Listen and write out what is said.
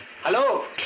Hello